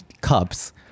cups